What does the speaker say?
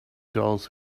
dollars